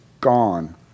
gone